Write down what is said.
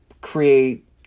create